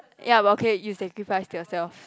ya but okay you sacrifice for yourself